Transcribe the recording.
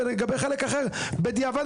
ולגבי חלק אחר בדיעבד,